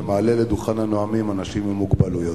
שמעלה לדוכן הנואמים אנשים עם מוגבלויות.